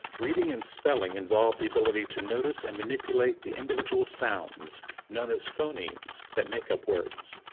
reading and spelling involve the ability to notice and manipulate the individual sounds known as phonemes that make up words.